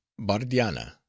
bardiana